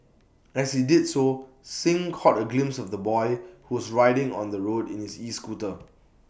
as he did so Singh caught A glimpse of the boy who was riding on the road in his escooter